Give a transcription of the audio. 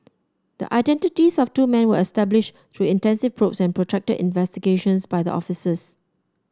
the identities of two men were established through intensive probes and protracted investigations by the officers